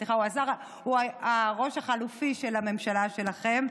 סליחה, הוא הראש החלופי של הממשלה שלכם.